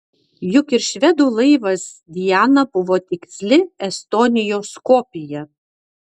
juk ir švedų laivas diana buvo tiksli estonijos kopija